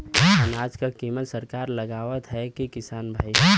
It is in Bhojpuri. अनाज क कीमत सरकार लगावत हैं कि किसान भाई?